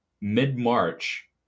mid-March